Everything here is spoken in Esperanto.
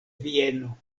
vieno